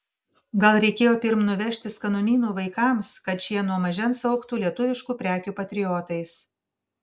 gal reikėjo pirm nuvežti skanumynų vaikams kad šie nuo mažens augtų lietuviškų prekių patriotais